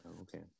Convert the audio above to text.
Okay